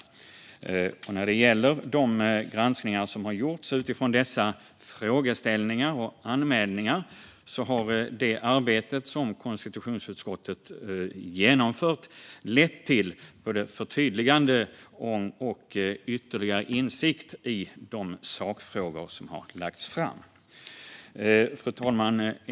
När det gäller de granskningar som har gjorts utifrån dessa frågeställningar och anmälningar har det arbete som konstitutionsutskottet genomfört lett till både förtydligande och ytterligare insikt i de sakfrågor som har lagts fram. Fru talman!